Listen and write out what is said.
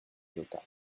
lota